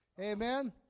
Amen